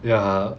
ya